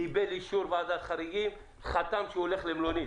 קיבל אישור ועדת חריגים וחתם שהוא הולך למלונית.